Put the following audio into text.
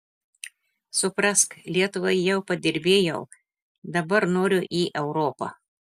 suprask lietuvai jau padirbėjau dabar noriu į europą